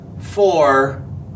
four